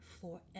forever